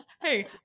Hey